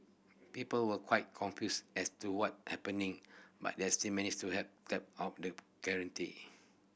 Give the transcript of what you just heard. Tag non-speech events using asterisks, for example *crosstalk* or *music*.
people were quite confused as to what happening but they are still managed to have tap of the *unintelligible*